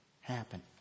happen